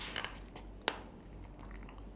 white shirt and